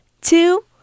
two